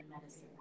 medicine